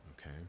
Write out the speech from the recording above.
okay